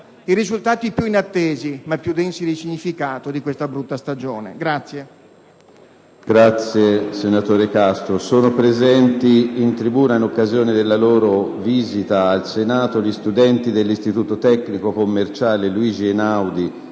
i risultati più inattesi, ma più densi di significato di questa brutta stagione.